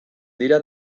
dira